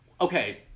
Okay